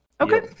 Okay